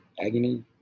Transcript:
agony